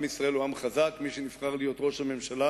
עם ישראל הוא עם חזק, מי שנבחר להיות ראש הממשלה